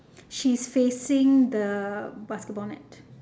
she's facing the basketball net